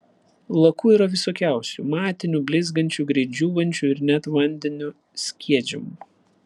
lakų yra visokiausių matinių blizgančių greit džiūvančių ir net vandeniu skiedžiamų